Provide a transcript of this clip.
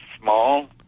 small